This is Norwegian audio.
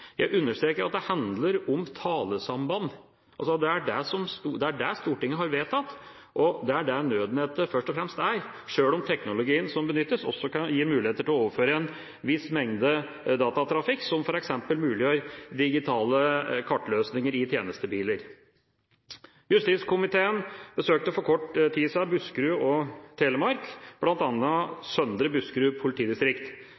Jeg understreker at det handler om talesamband. Det er det Stortinget har vedtatt. Det er det nødnettet først og fremst er, sjøl om teknologien som benyttes, også gir muligheter til å overføre en viss mengde datatrafikk, som f.eks. muliggjør digitale kartløsninger i tjenestebiler. Justiskomiteen besøkte for kort tid siden Buskerud og Telemark,